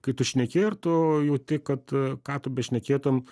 kai tu šneki ir tu jauti kad ką tu bešnekėtum